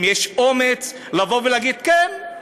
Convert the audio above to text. אם יש אומץ לבוא ולהגיד: כן,